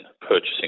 purchasing